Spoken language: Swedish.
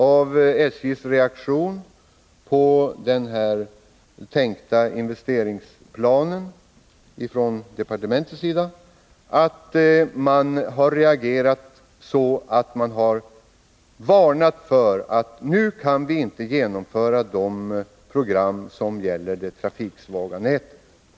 Av SJ:s reaktion på den från departementets sida tänkta investeringsplanen framgår det tydligt att man varnar för att det program som gäller det trafiksvaga nätet inte kan genomföras.